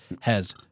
has-